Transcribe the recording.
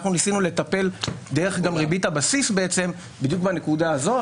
ניסינו לטפל דרך ריבית הבסיס בדיוק בנקודה הזו,